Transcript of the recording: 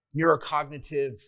neurocognitive